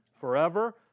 Forever